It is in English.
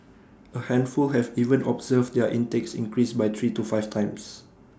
A handful have even observed their intakes increase by three to five times